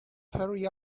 hurry